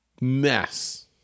mess